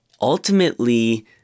ultimately